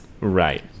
right